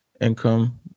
income